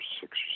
six